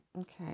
Okay